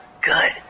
Good